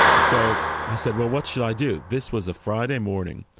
so i said well what should i do, this was a friday morning,